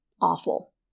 awful